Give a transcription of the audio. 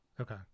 Okay